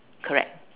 correct